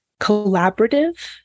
collaborative